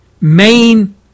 main